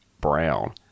brown